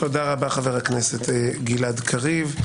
תודה רבה, חבר הכנסת גלעד קריב.